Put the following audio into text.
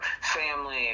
family